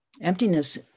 Emptiness